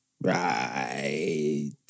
Right